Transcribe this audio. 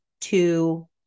two